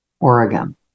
Oregon